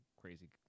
crazy